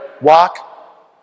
walk